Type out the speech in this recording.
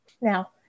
Now